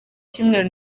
cyumweru